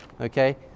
okay